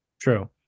True